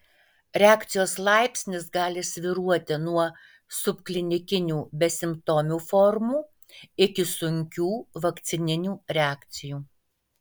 reakcijos laipsnis gali svyruoti nuo subklinikinių besimptomių formų iki sunkių vakcininių reakcijų